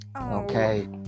Okay